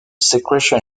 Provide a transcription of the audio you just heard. secretion